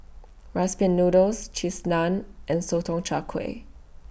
Rice Pin Noodles Cheese Naan and Sotong Char Kway